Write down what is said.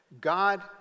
god